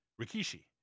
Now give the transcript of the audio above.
Rikishi